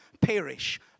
perish